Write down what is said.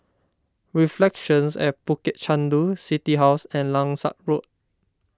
Reflections at Bukit Chandu City House and Langsat Road